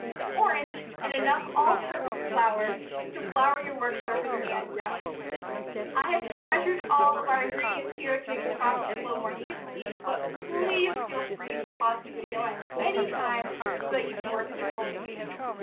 an orange and enough all purpose flour to flour your work surface and i have pre-measured all of our ingredients here to make the process flow more easily. but please feel free to pause the video at any time so that you can work at your own pace.